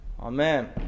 Amen